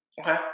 Okay